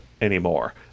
anymore